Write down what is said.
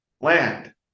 land